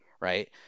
right